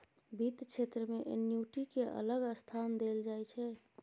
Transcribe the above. बित्त क्षेत्र मे एन्युटि केँ अलग स्थान देल जाइ छै